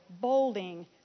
bolding